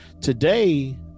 today